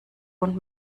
und